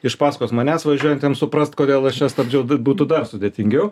iš pasakos manęs važiuojantiem suprast kodėl aš čia stabdžiau būtų dar sudėtingiau